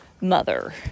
mother